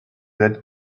that